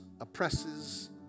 oppresses